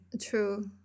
True